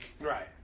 Right